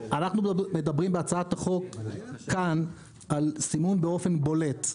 אנחנו מדברים בהצעת החוק כאן על סימון באופן בולט.